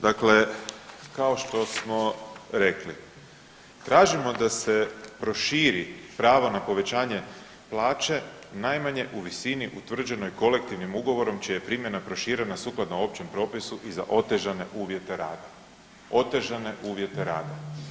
Dakle, kao što smo rekli, tražimo da se proširi pravo na povećanje plaće najmanje u visini utvrđenoj kolektivnim ugovorom čija je primjena proširena sukladno općem propisu i za otežane uvjete rada, otežane uvjete rada.